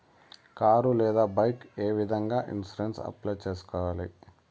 car లేదా bike ఏ విధంగా ఇన్సూరెన్సు అప్లై సేసుకోవాలి